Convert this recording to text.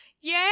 Yay